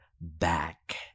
back